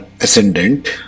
Ascendant